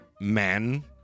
man